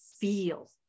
feel